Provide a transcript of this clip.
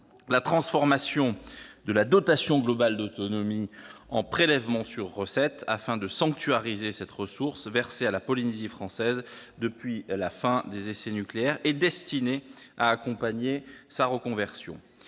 la transformation de la dotation globale d'autonomie en prélèvement sur recettes, afin de sanctuariser cette ressource versée à la Polynésie française depuis la fin des essais nucléaires et destinée à accompagner sa reconversion,